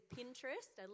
Pinterest